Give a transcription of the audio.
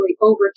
over